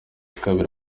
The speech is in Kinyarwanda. kabiri